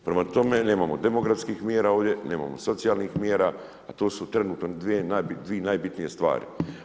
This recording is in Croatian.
Prema tome, nemamo demografskih mjera ovdje, nemamo socijalnih mjera, a to su trenutno dvije najbitnije stvari.